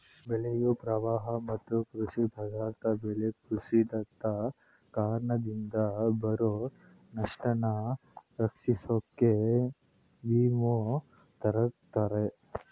ಬೆಳೆಯು ಪ್ರವಾಹ ಮತ್ತು ಕೃಷಿ ಪದಾರ್ಥ ಬೆಲೆ ಕುಸಿತದ್ ಕಾರಣದಿಂದ ಬರೊ ನಷ್ಟನ ರಕ್ಷಿಸೋಕೆ ವಿಮೆ ತಗತರೆ